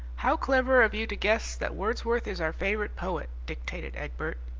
how clever of you to guess that wordsworth is our favourite poet dictated egbert.